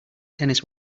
tennis